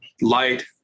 light